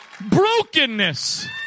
Brokenness